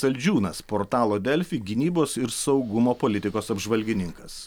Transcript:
saldžiūnas portalo delfi gynybos ir saugumo politikos apžvalgininkas